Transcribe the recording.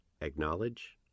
acknowledge